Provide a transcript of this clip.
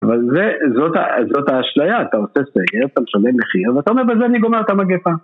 אבל זה, זאת ה.. זאת האשליה, אתה עושה סקר, אתה משלם מחיר, אתה אומר, בזה אני גומר את המגפה.